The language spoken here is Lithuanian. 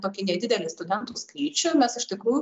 tokį nedidelį studentų skaičių mes iš tikrųjų